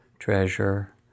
treasure